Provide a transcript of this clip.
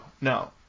no